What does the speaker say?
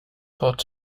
thought